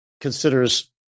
considers